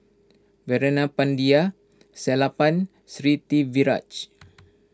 Veerapandiya Sellapan